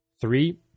Three